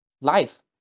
life